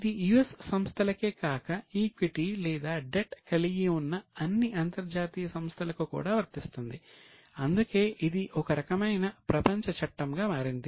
ఇది యుఎస్ సంస్థలకే కాక ఈక్విటీ కలిగి ఉన్న అన్ని అంతర్జాతీయ సంస్థలకు కూడా వర్తిస్తుంది అందుకే ఇది ఒక రకమైన ప్రపంచ చట్టంగా మారింది